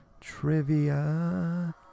Trivia